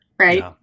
right